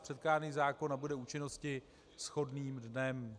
Předkládaný zákon nabude účinnosti shodným dnem.